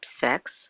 sex